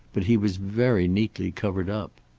but he was very neatly covered up.